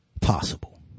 possible